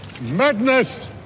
Madness